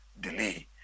delay